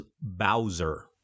Bowser